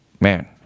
man